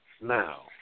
Now